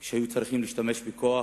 כשהיו צריכים להשתמש בכוח,